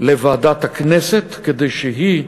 לוועדת הכנסת כדי שהיא,